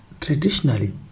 traditionally